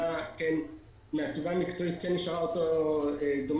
מהסיבה המקצועית כן נשארה דומה.